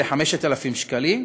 ל-5,000 שקלים,